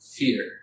fear